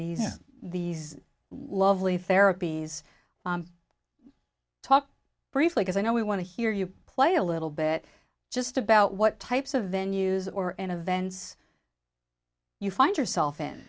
and these lovely therapies talk briefly because i know we want to hear you play a little bit just about what types of venue's or in events you find yourself in